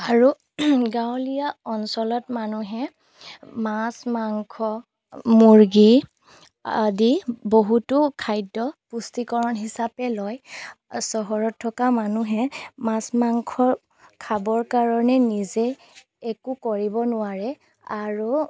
আৰু গাঁৱলীয়া অঞ্চলত মানুহে মাছ মাংস মুৰ্গী আদি বহুতো খাদ্য পুষ্টিকৰণ হিচাপে লয় চহৰত থকা মানুহে মাছ মাংস খাবৰ কাৰণে নিজে একো কৰিব নোৱাৰে আৰু